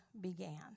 began